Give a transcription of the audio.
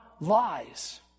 lies